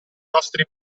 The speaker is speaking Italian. nostri